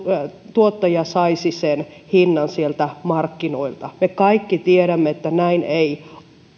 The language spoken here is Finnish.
tuottaja saisi sen hinnan sieltä markkinoilta me kaikki tiedämme että näin ei